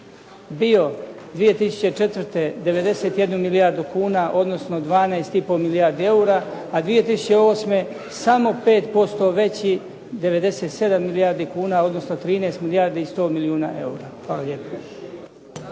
bio 2004. 91 milijardu kuna, odnosno 12,5 milijardi eura, a 2008. samo 5% veći 97 milijardi kuna, odnosno 13 milijardi i 100 milijuna eura. Hvala lijepo.